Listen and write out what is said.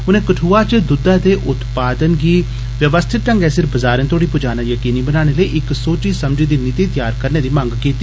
उनें कुुआ च दुदै दे उत्पादन गी व्यवस्थित ढंगै नै बजारे तोड़ी पुजाना यकीनी बनाने लेई इक सोथी समझी दी नीति तैयार करने दी मंग कीती